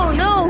no